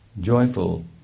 joyful